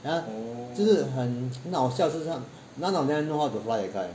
then 他就是很很好笑就是 none of them know how to fly a kite